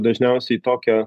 dažniausiai tokia